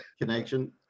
Connection